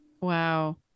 Wow